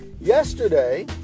Yesterday